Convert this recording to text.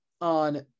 on